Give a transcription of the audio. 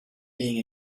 being